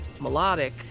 melodic